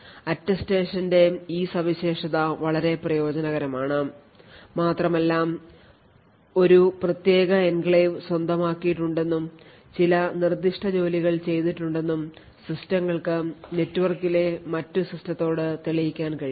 അറ്റസ്റ്റേഷന്റെ ഈ സവിശേഷത വളരെ പ്രയോജനകരമാണ് മാത്രമല്ല ഒരു പ്രത്യേക എൻക്ലേവ് സ്വന്തമാക്കിയിട്ടുണ്ടെന്നും ചില നിർദ്ദിഷ്ട ജോലികൾ ചെയ്തിട്ടുണ്ടെന്നും സിസ്റ്റങ്ങൾക്ക് നെറ്റ്വർക്കിലെ മറ്റു സിസ്റ്റത്തോട് തെളിയിക്കാൻ കഴിയും